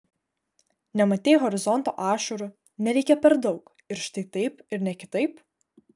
nematei horizonto ašarų nereikia per daug ir štai taip ir ne kitaip